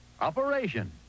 Operation